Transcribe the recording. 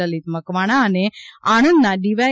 લલિત મકવાણા અને આણંદના ડીવાય